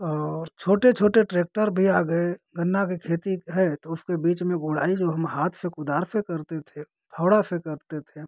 और छोटे छोटे ट्रेक्टर भी आ गए गन्ना के खेती है तो उसके बीच में गोड़ाई जो हम हाथ से कुदार से करते थे हथौड़ा से करते थे